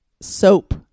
soap